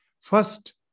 first